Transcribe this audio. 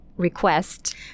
request